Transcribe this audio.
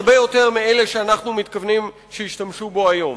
הרבה יותר מאלה שאנחנו מתכוונים שישתמשו בו היום.